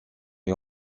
est